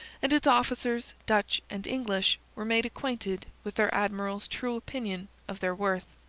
and its officers, dutch and english, were made acquainted with their admiral's true opinion of their worth.